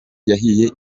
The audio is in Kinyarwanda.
yahiye